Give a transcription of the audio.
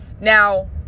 Now